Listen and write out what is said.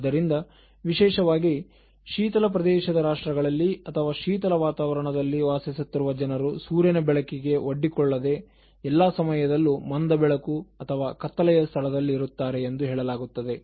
ಆದ್ದರಿಂದ ವಿಶೇಷವಾಗಿ ಶೀತಲ ಪ್ರದೇಶದ ರಾಷ್ಟ್ರಗಳಲ್ಲಿ ಅಥವಾ ಶೀತಲ ವಾತಾವರಣದ ದಲ್ಲಿ ವಾಸಿಸುತ್ತಿರುವ ಜನರು ಸೂರ್ಯನ ಬೆಳಕಿಗೆ ಒಡ್ಡಿಕೊಳ್ಳದೆ ಎಲ್ಲಾ ಸಮಯದಲ್ಲೂ ಮಂದಬೆಳಕು ಅಥವಾ ಕತ್ತಲೆಯ ಸ್ಥಳದಲ್ಲಿ ಇರುತ್ತಾರೆ ಎಂದು ಹೇಳಲಾಗುತ್ತದೆ